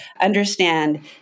understand